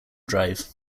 drive